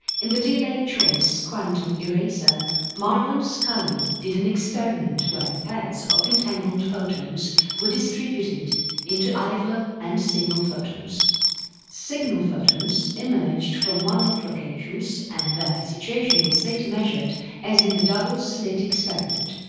in the delayed choice quantum eraser marlan scully did an experiment where pairs of entangled photons were distributed into idler and signal photons signal photons emerged from one of locations and their situation was later measured as in the double slit experiment.